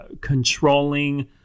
controlling